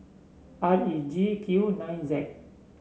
R E G Q nine Z